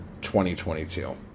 2022